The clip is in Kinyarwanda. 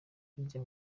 harya